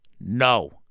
No